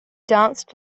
danced